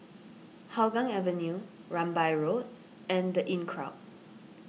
Hougang Avenue Rambai Road and the Inncrowd